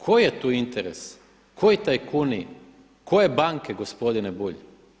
Koji je tu interes, koji tajkuni, koje banke gospodine Bulj?